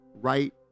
right